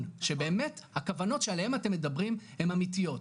שבאמת הכוונות שעליהן אתם מדברים הן אמיתיות,